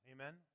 Amen